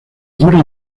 dura